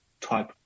type